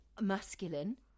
masculine